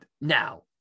now